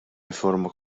riforma